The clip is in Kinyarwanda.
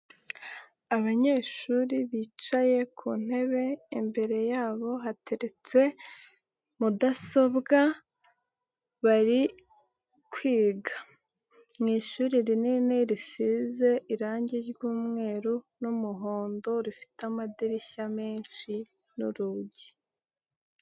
Abanyeshuri bicaye ku ntebe imbere yabo hateretse mudasobwa bari kwiga, mu ishuri rinini risize irangi ry'umweru n'umuhondo rifite amadirishya menshi n'urugi.